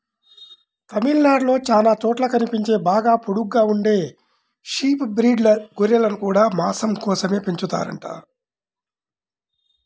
తమిళనాడులో చానా చోట్ల కనిపించే బాగా పొడుగ్గా ఉండే షీప్ బ్రీడ్ గొర్రెలను గూడా మాసం కోసమే పెంచుతారంట